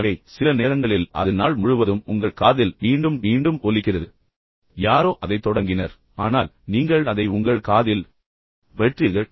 எனவே சில நேரங்களில் அது நாள் முழுவதும் உங்கள் காதில் மீண்டும் மீண்டும் ஒலிக்கிறது யாரோ அதை தொடங்கினர் யாரோ அதை வழியில் விசில் அடித்தனர் ஆனால் நீங்கள் அதை உங்கள் காதில் பெற்றீர்கள்